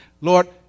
Lord